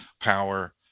power